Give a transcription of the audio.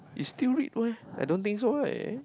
you still read meh I don't think so right